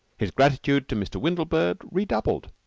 his gratitude to mr. windlebird redoubled.